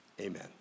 amen